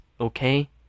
okay